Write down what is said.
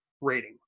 rating